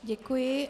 Děkuji.